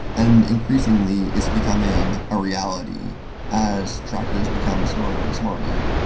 and increasingly, it's becoming a reality as trackers become smarter and smarter.